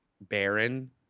barren